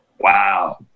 Wow